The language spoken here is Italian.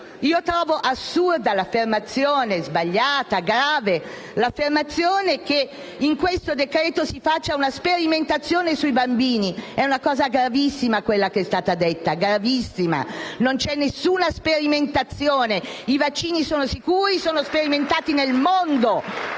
trovo assurda l'affermazione - sbagliata e grave - che in questo decreto-legge si faccia una sperimentazione sui bambini. È una cosa gravissima quella che è stata detta: non c'è alcuna sperimentazione. I vaccini sono sicuri e sperimentati nel mondo